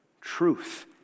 truth